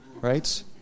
right